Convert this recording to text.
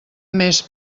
més